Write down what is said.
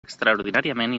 extraordinàriament